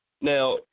Now